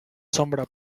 sombra